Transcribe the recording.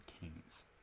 Kings